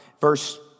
verse